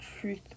truth